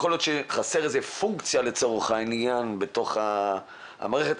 יכול להיות שחסרה פונקציה בתוך המערכת,